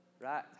Right